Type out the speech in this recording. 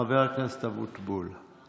חבר הכנסת אבוטבול.